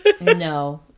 No